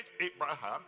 Abraham